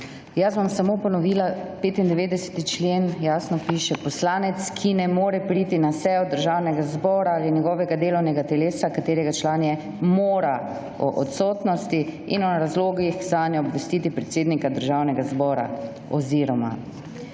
Jaz bom samo ponovila, 95. člen jasno piše: »Poslanec, ki ne more priti na sejo Državnega zbora ali njegovega delovnega telesa, katerega član je, mora o odsotnosti in o razlogih zanjo obvestiti predsednika Državnega zbora«. Oziroma